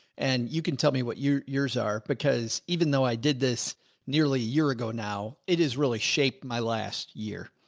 and you can tell me what your years are, because even though i did this nearly a year ago, now it is really shaped my last year.